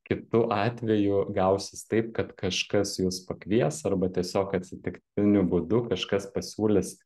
kitu atveju gausis taip kad kažkas jus pakvies arba tiesiog atsitiktiniu būdu kažkas pasiūlys